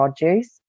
produce